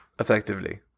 Effectively